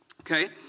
Okay